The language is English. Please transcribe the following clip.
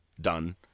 done